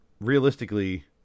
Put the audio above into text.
realistically